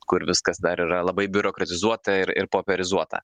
kur viskas dar yra labai biurokratizuota ir ir popierizuota